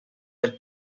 del